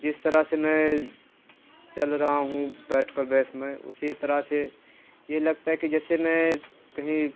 जिस तरह से मैं चल रहा हूँ बैठकर बैस में उसी तरह से ये लगता है कि जैसे मैं कहीं